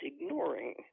ignoring